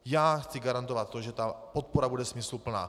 Já chci garantovat to, že podpora bude smysluplná.